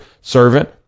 servant